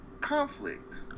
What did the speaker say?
conflict